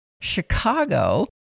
Chicago